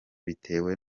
bitewe